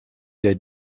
der